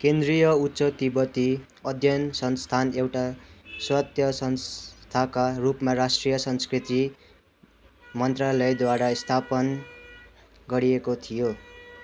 केन्द्रीय उच्च तिब्बती अध्ययन संस्थान एउटा स्वायत्त संस्थाका रूपमा राष्ट्रिय संस्कृति मन्त्रालयद्वारा स्थापना गरिएको थियो